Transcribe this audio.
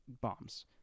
bombs